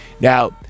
Now